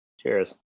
Cheers